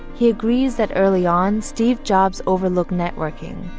he agrees that early on steve jobs overlook networking,